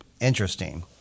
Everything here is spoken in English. interesting